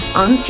on